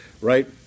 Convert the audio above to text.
right